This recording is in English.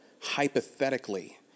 hypothetically